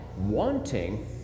wanting